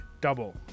double